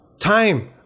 time